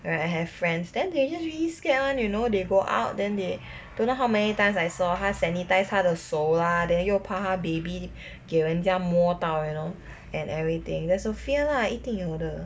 right I have friends then they just really scared [one] you know they go out then they don't know how many times I saw 他 sanitise 他的手 lah then 又怕他 baby 给人家摸到 you know and everything that's a fear lah 一定有的